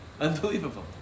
Unbelievable